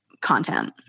content